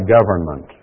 government